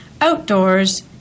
outdoors